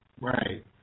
Right